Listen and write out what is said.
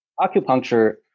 acupuncture